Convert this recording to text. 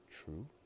true